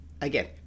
Again